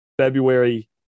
February